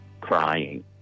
crying